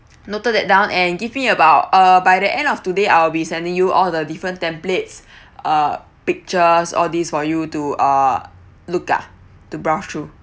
noted that down and give me about uh by the end of today I'll be sending you all the different templates uh pictures all these for you to uh look uh to browse too